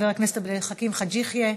חבר הכנסת עבד אל חכים חאג' יחיא,